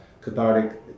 cathartic